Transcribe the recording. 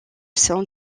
sein